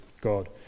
God